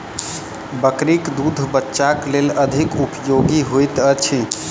बकरीक दूध बच्चाक लेल अधिक उपयोगी होइत अछि